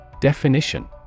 Definition